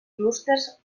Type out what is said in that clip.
clústers